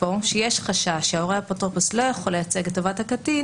סברו שיש חשש שהורה או אפוטרופוס לא יכול לייצג את טובת הקטין